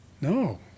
No